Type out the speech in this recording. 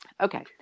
okay